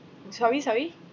sorry sorry